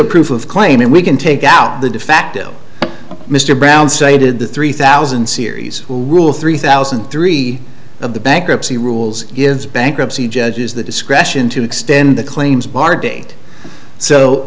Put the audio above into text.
a proof of claim and we can take out the defacto mr brown stated the three thousand series will rule three thousand three of the bankruptcy rules gives bankruptcy judges the discretion to extend the claims bar date so